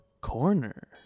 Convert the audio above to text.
corner